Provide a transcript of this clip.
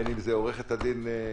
בין אם זו עורכת הדין עמית,